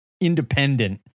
independent